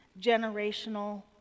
generational